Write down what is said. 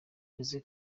jose